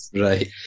Right